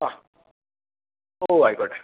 ആ ഓ ആയിക്കോട്ടെ